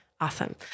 Awesome